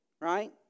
right